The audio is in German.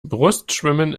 brustschwimmen